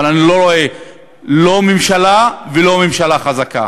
אבל אני לא רואה לא ממשלה ולא ממשלה חזקה.